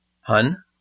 Hun